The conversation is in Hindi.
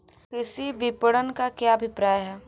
कृषि विपणन का क्या अभिप्राय है?